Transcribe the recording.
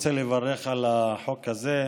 רוצה לברך על החוק הזה,